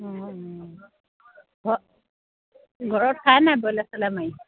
অঁ ঘৰ ঘৰত খাই নাই ব্ৰইলাৰ চইলাৰ মাৰি